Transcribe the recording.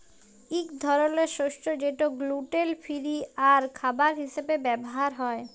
ইক ধরলের শস্য যেট গ্লুটেল ফিরি আর খাবার হিসাবে ব্যাভার হ্যয়